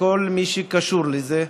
לכל מי שקשור לזה,